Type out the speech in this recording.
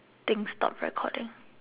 thing stopped recording